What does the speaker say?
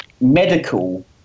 medical